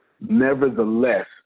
nevertheless